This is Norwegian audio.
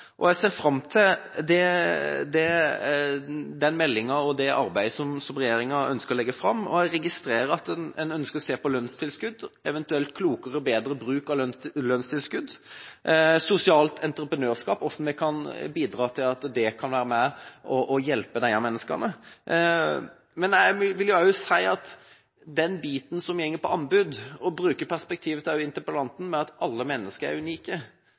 og jeg ser fram til den meldinga og det arbeidet som regjeringa ønsker å legge fram. Jeg registrerer at en ønsker å se på lønnstilskudd, eventuelt klokere og bedre bruk av lønnstilskudd, og hvordan sosialt entreprenørskap kan være med og hjelpe disse menneskene. Når det gjelder anbud, vil jeg bruke perspektivet til interpellanten – at alle mennesker er unike. Det er ikke en hyllevare vi snakker om, det er ikke bygging av noe enkelt. Dette er forskjellige mennesker